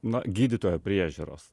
na gydytojo priežiūros